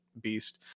beast